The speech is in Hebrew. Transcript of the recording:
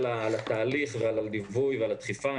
על התהליך ועל הליווי והדחיפה.